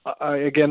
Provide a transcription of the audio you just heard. Again